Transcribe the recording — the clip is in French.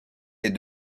est